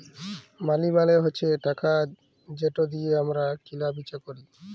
মালি মালে হছে টাকা যেট দিঁয়ে আমরা কিলা বিচা ক্যরি